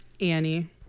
Annie